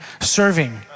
serving